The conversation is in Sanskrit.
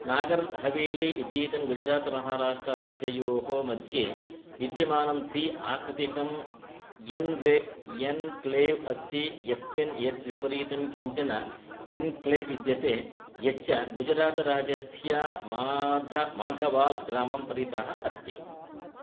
नागरहवेली इतीदं गुजरातमहाराष्ट्राराज्ययोः मध्ये विद्यमानं सि आकृतिकम् एन्वे एन्क्लेव् अस्ति यस्मिन् एतद्विपरीतं किञ्चन एन्क्लेव् विद्यते यच्च गुजरातराज्यस्य माध माघवालग्रामं परितः अस्ति